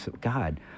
God